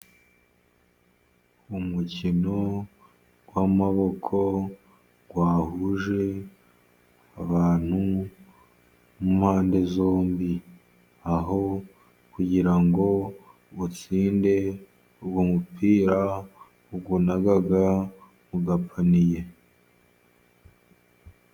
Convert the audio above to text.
Umukino w'amaboko wahuje abantu b'impande zombi, aho kugira ngo utsinde uwo mupira, uwunaga mu gapaniye.